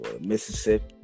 Mississippi